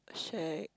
shag